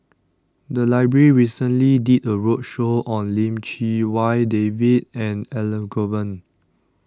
The Library recently did A roadshow on Lim Chee Wai David and Elangovan